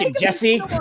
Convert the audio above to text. Jesse